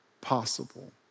possible